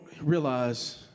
realize